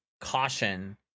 caution